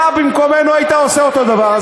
אתה במקומנו היית עושה אותו דבר.